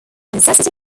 necessity